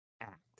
Act